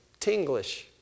tinglish